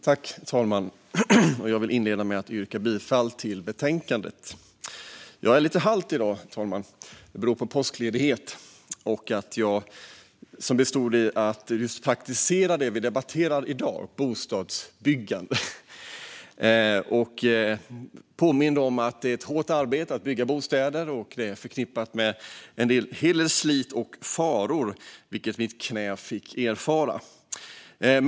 Herr talman! Jag vill inleda med att yrka bifall till förslagen i betänkandet. Jag är lite halt i dag. Min påskledighet bestod i att praktisera det vi i dag ska debattera, nämligen bostadsbyggande. Det påminde mig om att det är ett hårt arbete att bygga bostäder och att det är förknippat med en hel del slit och faror, vilket mitt knä fick erfara.